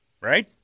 right